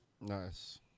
Nice